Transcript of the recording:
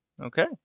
Okay